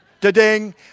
Da-ding